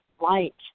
light